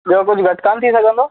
ॿियों कुझु घटि कान थी सघंदो